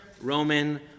Roman